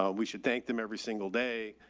um we should thank them every single day.